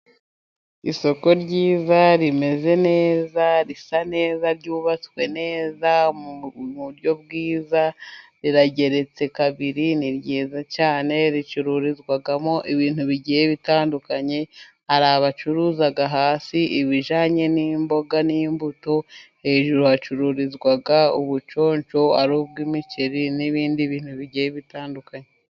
Isoko ryiza rimeze neza risa neza ryubatswe neza mu buryo bwiza rirageretse kabiri, ni ryiza cyane ricururizwamo ibintu bigiye bitandukanye hari abacuruza hasi ibijyanye n'imboga n'imbuto, hejuru hacururizwa ubuconco ari ubw'imiceri n'ibindi bintu bigiye bitandukanye.